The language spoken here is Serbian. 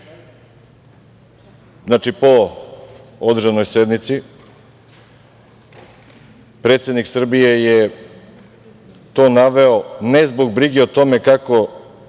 zakon. Znači, po održanoj sednici predsednik Srbije je to naveo ne zbog brige o tome kako